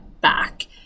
back